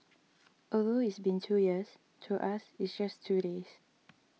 although it's been two years to us it's just two days